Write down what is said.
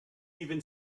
even